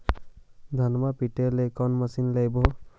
धनमा पिटेला कौन मशीन लैबै?